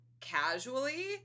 casually